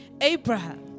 Abraham